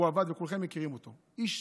הוא עבד, וכולכם מכירים אותו, איש